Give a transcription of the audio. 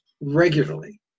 regularly